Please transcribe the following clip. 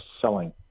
selling